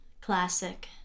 Classic